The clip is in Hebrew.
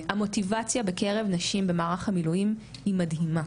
המוטיבציה בקרב נשים במערך המילואים היא מדהימה.